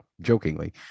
jokingly